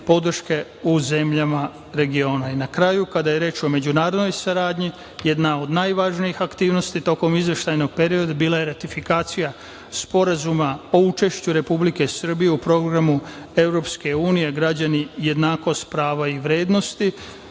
kraju, kada je reč o međunarodnoj saradnji jedna od najvažnijih aktivnosti tokom izveštajnog perioda bila je ratifikacija Sporazuma o učešću Republike Srbije u programu EU - „Građani, jednakost, prava i vrednosti“